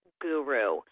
guru